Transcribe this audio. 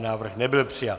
Návrh nebyl přijat.